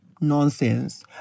Nonsense